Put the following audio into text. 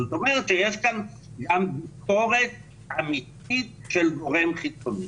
זאת אומרת שיש כאן גם ביקורת אמיתית של גורם חיצוני.